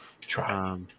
Try